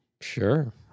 Sure